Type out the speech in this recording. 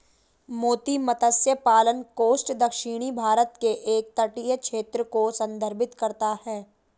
मोती मत्स्य पालन कोस्ट दक्षिणी भारत के एक तटीय क्षेत्र को संदर्भित करता है